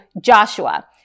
Joshua